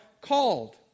called